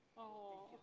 oh,